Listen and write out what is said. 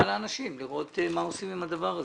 לאנשים כדי לראות מה עושים עם הדבר הזה.